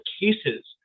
cases